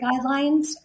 guidelines